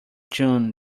june